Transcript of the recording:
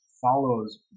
follows